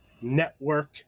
Network